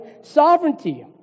sovereignty